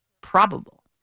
probable